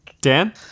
Dan